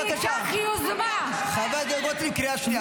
חברת הכנסת גוטליב, קריאה ראשונה.